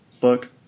book